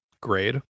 grade